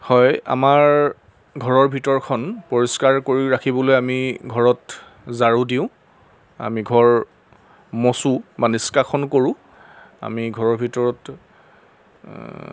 হয় আমাৰ ঘৰৰ ভিতৰখন পৰিষ্কাৰ কৰি ৰাখিবলৈ আমি ঘৰত ঝাৰু দিওঁ আমি ঘৰ মচোঁ বা নিষ্কাখন কৰোঁ আমি ঘৰৰ ভিতৰত